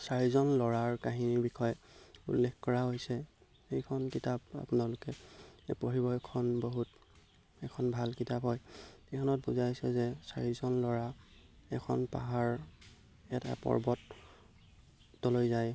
চাৰিজন ল'ৰাৰ কাহিনীৰ বিষয়ে উল্লেখ কৰা হৈছে সেইখন কিতাপ আপোনালোকে পঢ়িব এইখন বহুত এখন ভাল কিতাপ হয় এইখনত বুজাইছে যে চাৰিজন ল'ৰা এখন পাহাৰ এটা পৰ্বতলৈ যায়